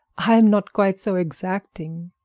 i am not quite so exacting.